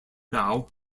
now